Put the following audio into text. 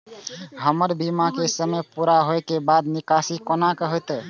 हमर बीमा के समय पुरा होय के बाद निकासी कोना हेतै?